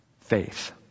Faith